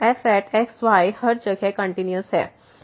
तो fx y हर जगह कंटिन्यूस है